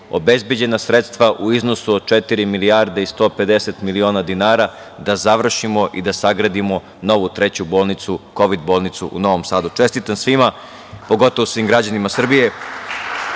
obezbeđena sredstva u iznosu od četiri milijarde i 150 miliona dinara da završimo i da sagradimo novu treću kovid bolnicu u Novom Sadu. Čestitam svima, pogotovo svim građanima Srbije